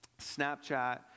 Snapchat